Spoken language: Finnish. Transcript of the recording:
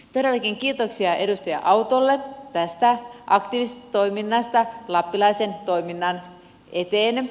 todellakin kiitoksia edustaja autolle tästä aktiivisesta toiminnasta lappilaisen toiminnan eteen